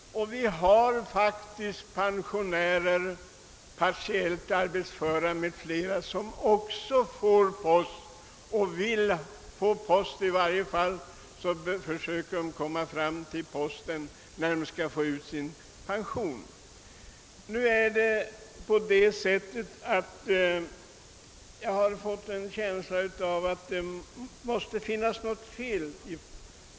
Pensionärer, partiellt arbetsföra och andra behöver också postservice; i varje fall försöker de ta sig fram till posten för att få ut sin pension. Jag har en känsla av att det här också föreligger något fel.